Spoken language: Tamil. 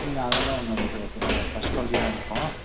இல்லை அதெல்லாம் ஒன்றும் இல்லை சார் ஃபர்ஸ்ட் குவாலிட்டி தான் எடுப்போம்